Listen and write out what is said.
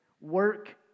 work